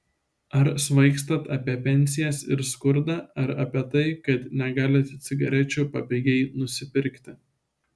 ar svaigstat apie pensijas ir skurdą ar apie tai kad negalit cigarečių papigiai nusipirkti